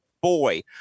boy